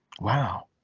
Wow